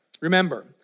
remember